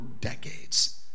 decades